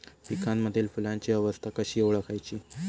पिकांमधील फुलांची अवस्था कशी ओळखायची?